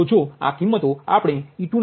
તેથી e2 1